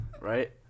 Right